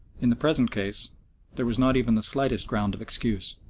in the present case there was not even the slightest ground of excuse.